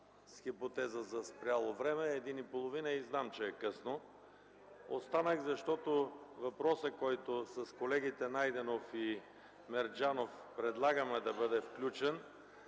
с хипотеза за спряло време, часът е един и половина и зная, че е късно. Останах защото въпросът, който с колегите Найденов и Мерджанов предлагаме да бъде включен,